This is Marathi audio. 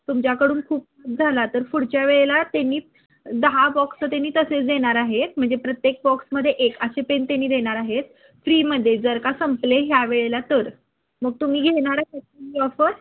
तुमच्याकडून खूप खप झाला तर पुढच्या वेळेला त्यांनी दहा बॉक्सं त्यांनी तसेच देणार आहेत म्हणजे प्रत्येक बॉक्समध्ये एक असे पेन त्यांनी देणार आहेत फ्रीमध्ये जर का संपले ह्या वेळेला तर मग तुम्ही घेणार ऑफर